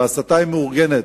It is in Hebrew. ההסתה היא מאורגנת,